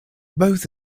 both